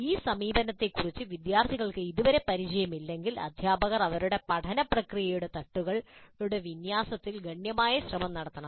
ഈ സമീപനത്തെക്കുറിച്ച് വിദ്യാർത്ഥികൾക്ക് ഇതുവരെ പരിചയമില്ലെങ്കിൽ അധ്യാപകർ അവരുടെ പഠന പ്രക്രിയയുടെ തട്ടുകളുടെ വിന്യാസത്തിൽ ഗണ്യമായ ശ്രമം നടത്തണം